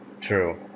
True